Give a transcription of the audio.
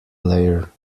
player